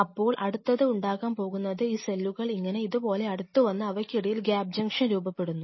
അപ്പോൾ അടുത്തത് ഉണ്ടാകാൻ പോകുന്നത് ഈ സെല്ലുകൾ ഇങ്ങനെ ഇതുപോലെ അടുത്ത് വന്ന് അവയ്ക്കിടയിൽ ഗ്യാപ് ജംഗ്ഷൻ രൂപപ്പെടുന്നു